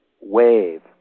wave